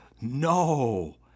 no